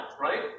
right